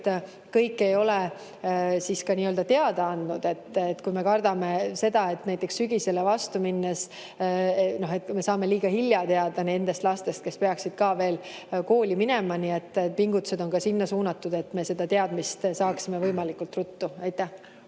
et kõik ei ole endast teada andnud. Me kardame seda, et sügisele vastu minnes me saame liiga hilja teada nendest lastest, kes peaksid kooli minema. Nii et pingutused on ka sinna suunatud, et me selle teadmise saaksime võimalikult ruttu. Aivar